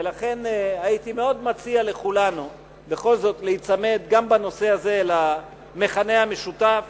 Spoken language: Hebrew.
ולכן הייתי מאוד מציע לכולנו בכל זאת להיצמד גם בנושא הזה למכנה המשותף